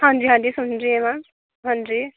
आं जी आं जी समझी लै दा आं जी